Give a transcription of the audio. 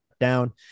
down